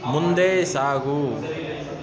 ಮುಂದೆ ಸಾಗು